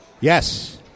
Yes